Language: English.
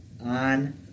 on